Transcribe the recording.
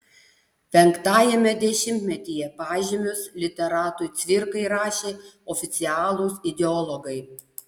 penktajame dešimtmetyje pažymius literatui cvirkai rašė oficialūs ideologai